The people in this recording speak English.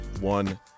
one